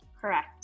Correct